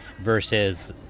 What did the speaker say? versus